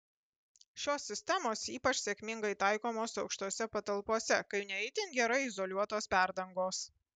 šios sistemos ypač sėkmingai taikomos aukštose patalpose kai ne itin gerai izoliuotos perdangos